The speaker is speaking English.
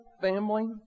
family